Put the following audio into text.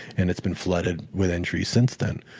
and it's been flooded with entries since then.